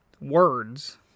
Words